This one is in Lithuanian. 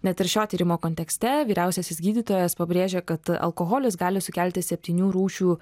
net ir šio tyrimo kontekste vyriausiasis gydytojas pabrėžia kad alkoholis gali sukelti septynių rūšių